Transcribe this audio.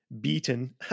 beaten